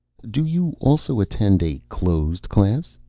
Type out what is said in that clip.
do you also attend a closed class?